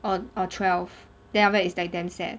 or or twelve then after that is like damn sad